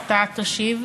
הבריאות בסדר?